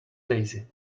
daisy